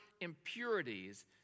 impurities